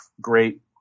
great